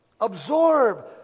absorb